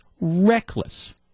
reckless